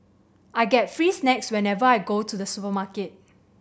I get free snacks whenever I go to the supermarket